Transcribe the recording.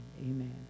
amen